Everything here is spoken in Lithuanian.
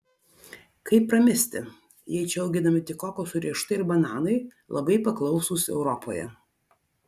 kaip pramisti jei čia auginami tik kokosų riešutai ir bananai labai paklausūs europoje